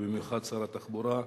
ובמיוחד שר התחבורה,